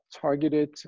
targeted